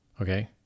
Okay